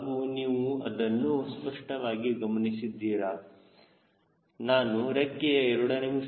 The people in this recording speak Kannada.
ಹಾಗೂ ನೀವು ಅದನ್ನು ಸ್ಪಷ್ಟವಾಗಿ ಗಮನಿಸಿದ್ದೀರಾ ನಾನು ರೆಕ್ಕೆಯ a